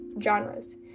genres